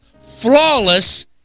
flawless